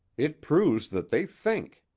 it proves that they think.